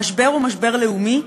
המשבר הוא משבר לאומי,